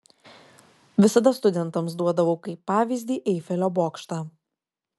visada studentams duodavau kaip pavyzdį eifelio bokštą